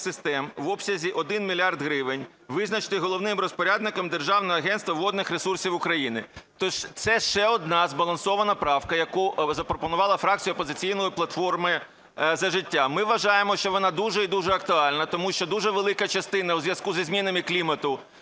систем в обсязі 1 мільярд гривень", визначити головним розпорядником Державне агентство водних ресурсів України. Це ще одна збалансована правка, яку запропонувала фракція "Опозиційна платформа - За життя". Ми вважаємо, що вона дуже і дуже актуальна, тому що дуже велика частина у зв'язку зі змінами клімату,